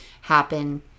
happen